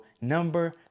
number